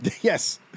Yes